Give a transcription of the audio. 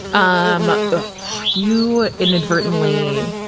um ah you inadvertently,